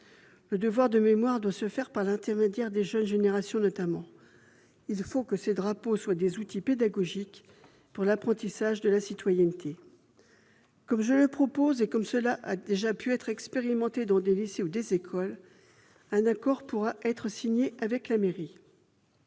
Le devoir de mémoire doit notamment passer par les jeunes générations. Il faut que ces drapeaux soient des outils pédagogiques pour l'apprentissage de la citoyenneté. Comme cela a déjà pu être expérimenté dans des lycées ou des écoles, un accord pourra être signé avec la mairie.